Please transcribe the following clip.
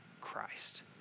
Christ